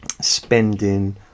spending